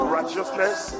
righteousness